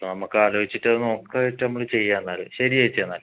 നമ്മൾക്കാലോചിച്ചിട്ട് അത് നോക്കിയിട്ട് നമ്മൾ ചെയ്യാം എന്നാൽ ശരി ചേച്ചി എന്നാൽ